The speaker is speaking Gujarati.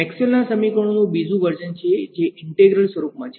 મેક્સવેલના સમીકરણોનું બીજું વર્ઝન છે જે ઈંટેગ્રલ સ્વરૂપમાં છે